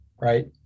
right